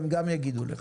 הם גם יגידו לך.